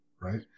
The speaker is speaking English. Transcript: right